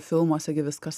filmuose gi viskas